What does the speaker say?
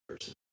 person